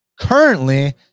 currently